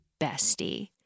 bestie